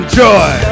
joy